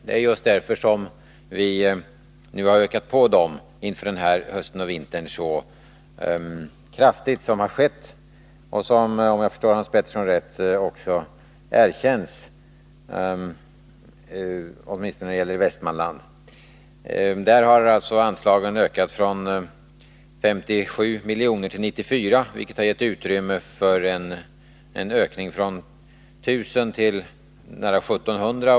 Det är just därför som vi ökat på dessa inför den gångna hösten och den här vintern så kraftigt som har skett och som, om jag förstår Hans Petersson i Hallstahammar rätt, också erkänns åtminstone när det gäller Västmanland. I Västmanland har anslagen ökat från 57 miljoner till 94 miljoner, vilket gett utrymme för en ökning från 1 000 till nära 1 700.